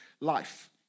life